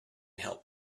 help